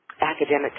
academic